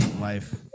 life